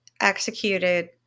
executed